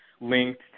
linked